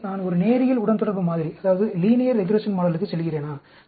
எனவே நான் ஒரு நேரியல் உடன்தொடர்பு மாதிரிக்குச் செல்கிறேனா